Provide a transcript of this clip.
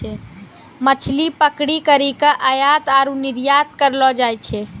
मछली पकड़ी करी के आयात निरयात करलो जाय छै